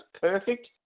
Perfect